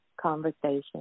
conversation